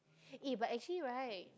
eh but actually right